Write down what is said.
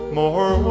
more